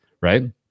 right